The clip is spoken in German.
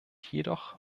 jedoch